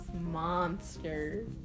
Monster